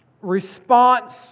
response